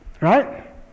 right